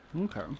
Okay